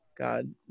God